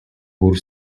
бүр